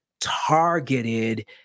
targeted